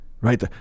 right